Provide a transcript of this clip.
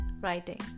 writing